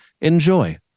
enjoy